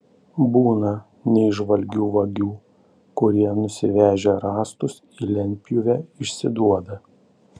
būna neįžvalgių vagių kurie nusivežę rąstus į lentpjūvę išsiduoda